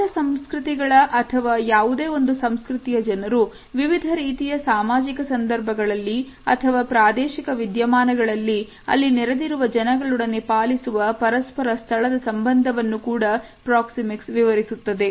ವಿವಿಧ ಸಂಸ್ಕೃತಿಗಳ ಅಥವಾ ಯಾವುದೇ ಒಂದು ಸಂಸ್ಕೃತಿಯ ಜನರು ವಿವಿಧ ರೀತಿಯ ಸಾಮಾಜಿಕ ಸಂದರ್ಭಗಳಲ್ಲಿ ಅಥವಾ ಪ್ರಾದೇಶಿಕ ವಿದ್ಯಮಾನಗಳಲ್ಲಿ ಅಲ್ಲಿ ನೆರೆದಿರುವ ಜನಗಳೊಡನೆ ಪಾಲಿಸುವ ಪರಸ್ಪರ ಸ್ಥಳದ ಸಂಬಂಧವನ್ನು ಕೂಡ ಪ್ರಾಕ್ಸಿಮಿಕ್ಸ್ ವಿವರಿಸುತ್ತದೆ